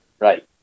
Right